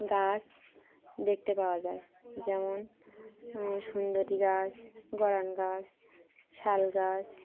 গাছ দেখতে পাওয়া যায় যেমন সুন্দরী গাছ গরান গাছ শাল গাছ